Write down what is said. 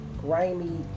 grimy